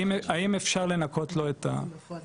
האם אפשר לנקות לו את הכספים.